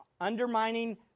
undermining